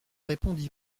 répondit